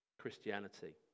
Christianity